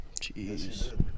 Jeez